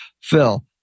Phil